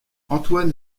antoine